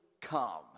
come